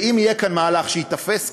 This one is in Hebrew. ואם יהיה כאן מהלך שייתפס כמאוזן,